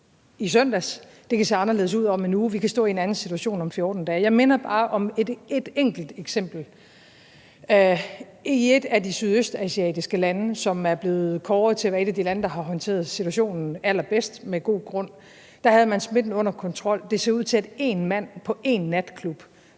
i søndags, det kan se anderledes ud om 1 uge, og vi kan stå i en anden situation om 14 dage. Jeg minder bare om et enkelt eksempel. I et af de sydøstasiatiske lande, som er blevet kåret til at være et af de lande, der har håndteret situationen allerbedst – med god grund – havde man smitten under kontrol, men det ser ud til, at én mand på én natklub